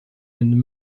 and